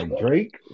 Drake